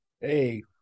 hey